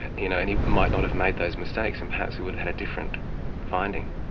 you know and he might not have made those mistakes, and perhaps we would've had a different finding.